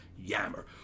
yammer